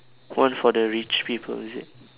all for the rich people is it